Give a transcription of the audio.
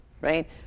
Right